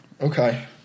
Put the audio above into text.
Okay